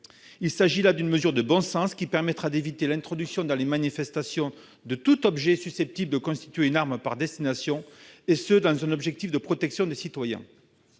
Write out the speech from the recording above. Il s'agit là de mesures de bon sens, qui permettront d'éviter l'introduction, dans les manifestations, de tout objet susceptible de constituer une arme par destination, dans un objectif de protection des citoyens.